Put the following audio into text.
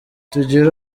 tugire